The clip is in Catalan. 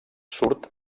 surt